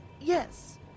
Yes